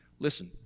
Listen